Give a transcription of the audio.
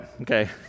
okay